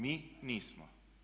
Mi nismo.